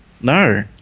No